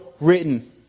written